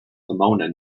pomona